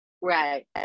Right